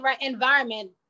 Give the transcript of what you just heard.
environment